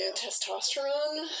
testosterone